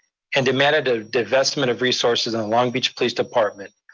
and demand a divestment of resources on long beach police department,